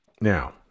Now